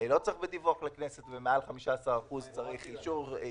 לא צריך בדיווח לכנסת ומעל 15% צריך אישור של הוועדה.